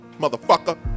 Motherfucker